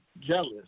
jealous